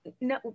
No